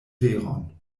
veron